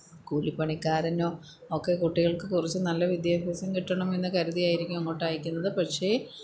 കൂലിപ്പണിക്കാരനോ ഒക്കെ കുട്ടികള്ക്ക് കുറച്ച് നല്ല വിദ്യാഭ്യാസം കിട്ടണമെന്ന് കരുതിയായിരിക്കും അങ്ങോട്ട് അയക്കുന്നത് പക്ഷേ